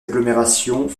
agglomérations